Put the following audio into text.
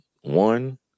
one